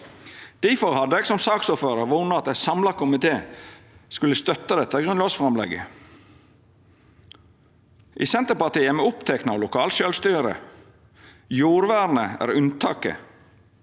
Difor hadde eg som saksordførar vona at ein samla komité skulle støtta dette grunnlovsframlegget. I Senterpartiet er me opptekne av lokalt sjølvstyre. Jordvernet er unntaket